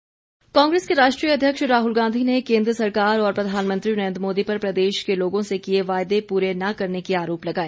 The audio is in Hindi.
राहुल गांधी कांग्रेस के राष्ट्रीय अध्यक्ष राहुल गांधी ने केन्द्र सरकार और प्रधानमंत्री नरेन्द्र मोदी पर प्रदेश के लोगों से किए वायदे पूरे न करने के आरोप लगाए